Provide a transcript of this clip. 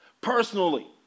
Personally